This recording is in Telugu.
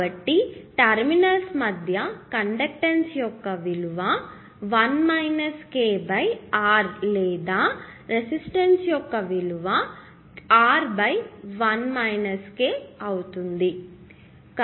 కాబట్టి టెర్మినల్స్ మధ్య కండక్టన్సు యొక్క విలువ R లేదా రెసిస్టెన్స్ యొక్క విలువ R అవుతుంది